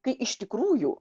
kai iš tikrųjų